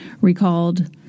recalled